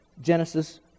Genesis